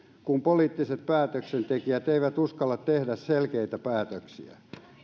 kun poliittiset päätöksentekijät eivät uskalla tehdä selkeitä päätöksiä